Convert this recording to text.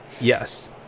Yes